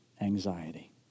anxiety